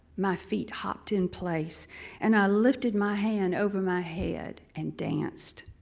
my feet hopped in place and i lifted my hand over my head and danced.